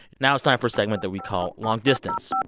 now, it's time for a segment that we call long distance.